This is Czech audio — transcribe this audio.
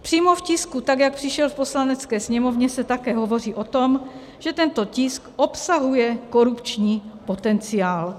Přímo v tisku, jak přišel z Poslanecké sněmovny, se také hovoří o tom, že tento tisk obsahuje korupční potenciál.